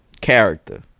Character